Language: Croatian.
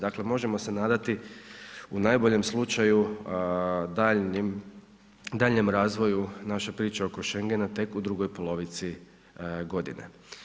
Dakle, možemo se nadati u najboljem slučaju daljnjim, daljnjem razvoju naše priče oko Schengena tek u drugoj polovici godine.